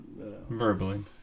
Verbally